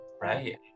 Right